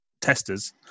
testers